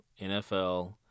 NFL